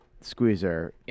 Squeezer